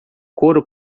coro